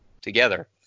together